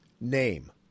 Name